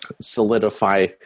solidify